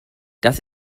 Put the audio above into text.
das